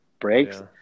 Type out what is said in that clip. breaks